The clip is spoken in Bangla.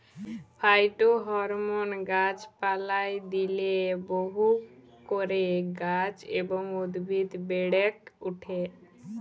ফাইটোহরমোন গাছ পালায় দিইলে বহু করে গাছ এবং উদ্ভিদ বেড়েক ওঠে